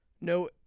No